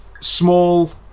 small